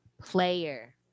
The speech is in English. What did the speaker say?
player